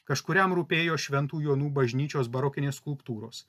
kažkuriam rūpėjo šventų jonų bažnyčios barokinės skulptūros